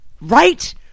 Right